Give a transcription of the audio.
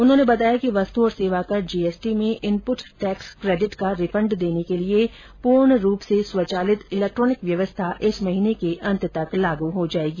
उन्होंने बताया कि वस्तु और सेवाकर जीएसटी में इनपुट टैक्स क्रेडिट का रिफंड देने के लिए पूर्ण रूप से स्वचालित इलेक्ट्रॉनिक व्यवस्था इस महीने के अंत तक लागू हो जाएगी